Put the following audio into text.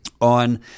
on